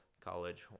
college